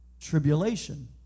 tribulation